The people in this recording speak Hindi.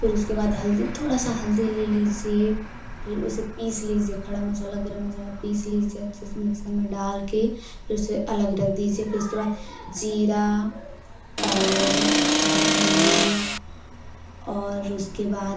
फिर उसके बाद हल्दी थोड़ा सा हल्दी ले लीज़िए फिर उसे पीस लीजिए खड़ा मसाला गरम मसाला पीस लीजिए अच्छे से मिक्सर में डाल कर फिर उसे अलग रख दीजिए फिर उसके बाद जीरा और हरा धनिया और उसके बाद